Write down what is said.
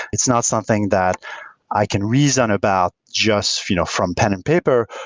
it's not something that i can reason about just you know from pen and paper.